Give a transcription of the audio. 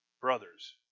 brothers